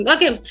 Okay